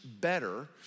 better